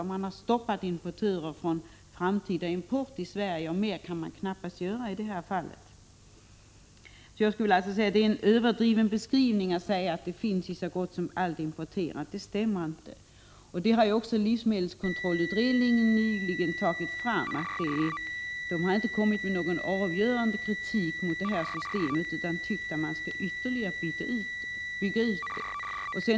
Man har också stoppat importörer när det gällt framtida import till Sverige. Mera kan man knappast göra i detta fall. Jag anser alltså att det är en överdriven beskrivning, då man säger att sådana här rester finns i så gott som allt som importeras. Det stämmer inte. Livsmedelskontrollutredningen har ju också nyligen konstaterat detta, och utredningen har inte framfört någon avgörande kritik mot systemet utan ansett att det bör byggas ut ytterligare.